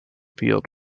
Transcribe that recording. field